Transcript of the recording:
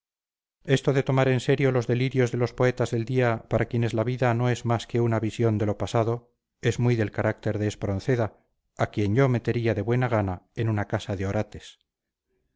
esto de tomar en serio los delirios de los poetas del día para quienes la vida no es más que una visión de lo pasado es muy del carácter de espronceda a quien yo metería de buena gana en una casa de orates